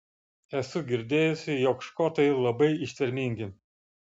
esu girdėjusi jog škotai labai ištvermingi